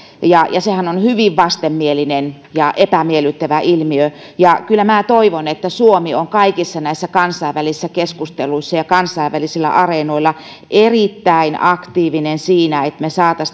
ja sehän on hyvin vastenmielinen ja epämiellyttävä ilmiö kyllä minä toivon että suomi on kaikissa näissä kansainvälisissä keskusteluissa ja kansainvälisillä areenoilla erittäin aktiivinen siinä että me saisimme